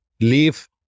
leave